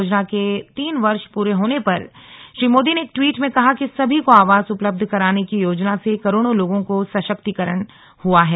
योजना के तीन वर्ष पूरे होने पर श्री मोदी ने एक ट्वीट में कहा कि सभी को आवास उपलब्ध कराने की योजना से करोड़ों लोगों का सशक्तिकरण है